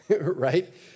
right